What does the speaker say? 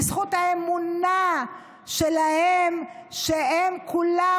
בזכות האמונה שלהם שהם כולם,